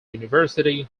university